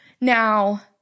Now